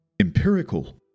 empirical